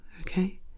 okay